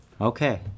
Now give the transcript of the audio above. Okay